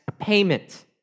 payment